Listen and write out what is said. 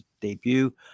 debut